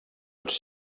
tots